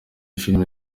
filime